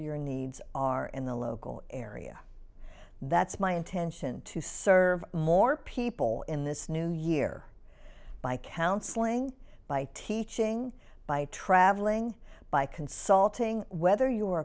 your needs are in the local area that's my intention to serve more people in this new year by counseling by teaching by travelling by consulting whether you